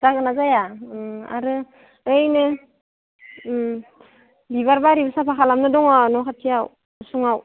जागोन ना जायो आरो ओइनो बिबार बारिबो साफा खालामनो दङ न' खाथियाव उसुङाव